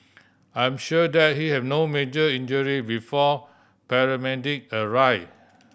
I'm sure that he had no major injury before paramedic arrive